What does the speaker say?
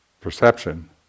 perception